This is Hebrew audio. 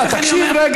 לא מצפה.